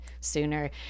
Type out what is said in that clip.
sooner